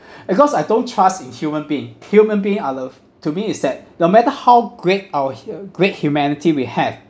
because I don't trust in human being human being I love to me is that no matter how great our he~ great humanity we have